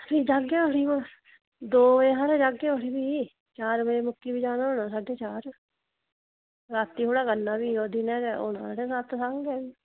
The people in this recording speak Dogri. जाह्गे ओड़ी दौ बजे हारे जाह्गे ओड़ी भी चार बजे मुक्की बी जाना होना साढ़े चार रातीं थोह्ड़े करना भी ओह् दिनें गै होना सत्संग